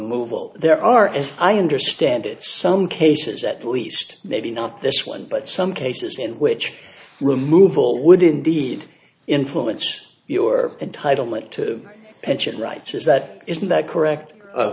well there are as i understand it some cases at least maybe not this one but some cases in which removal would indeed influence your entitlement to pension rights is that is that correct